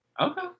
Okay